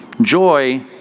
Joy